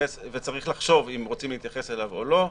וצריך לחשוב אם רוצים להתייחס אליו או לא,